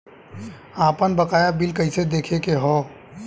आपन बकाया बिल कइसे देखे के हौ?